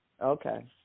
Okay